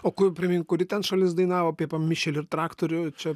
o ku primink kuri ten šalis dainavo apie pamišėlį ir traktorių čia